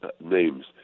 names